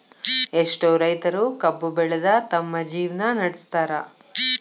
ಎಷ್ಟೋ ರೈತರು ಕಬ್ಬು ಬೆಳದ ತಮ್ಮ ಜೇವ್ನಾ ನಡ್ಸತಾರ